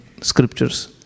scriptures